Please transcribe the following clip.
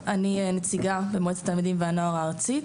נציגה במועצת תלמידים והנוער הארצית.